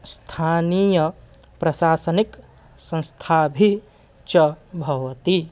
स्थानीयप्रशासनिक संस्थाभिः च भवति